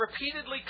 repeatedly